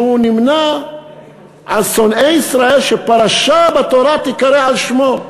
שנמנה עם שונאי ישראל, שפרשה בתורה תיקרא על שמו.